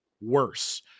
worse